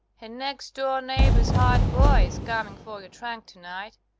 her next-door neighbor's hired boy is coming for your trunk tonight.